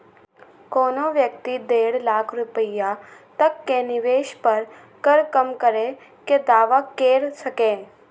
कोनो व्यक्ति डेढ़ लाख रुपैया तक के निवेश पर कर कम करै के दावा कैर सकैए